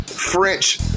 French